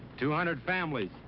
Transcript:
two hundred families.